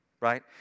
right